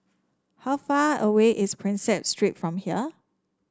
how far away is Prinsep Street from here